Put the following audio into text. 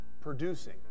producing